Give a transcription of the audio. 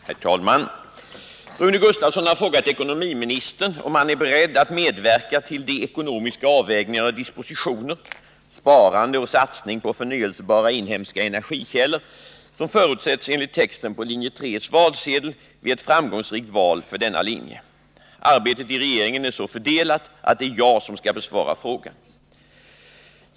Herr talman! Rune Gustavsson har frågat ekonomiministern om han är beredd att medverka till de ekonomiska avvägningar och dispositioner — sparande och satsning på förnybara inhemska energikällor — som förutsätts enligt texten på linje 3:s valsedel vid ett framgångsrikt val för denna linje. Arbetet i regeringen är så fördelat att det är jag som skall besvara frågan.